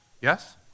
yes